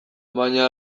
baina